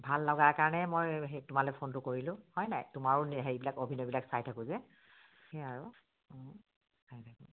ভাল লগাৰ কাৰণে মই সেই তোমালৈ ফোনটো কৰিলোঁ হয় নাই তোমাৰো হেৰিবিলাক অভিনয়বিলাক চাই থাকোঁ যে সেয়া আৰু